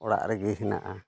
ᱚᱲᱟᱜ ᱨᱮᱜᱮ ᱦᱮᱱᱟᱜᱼᱟ